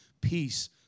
peace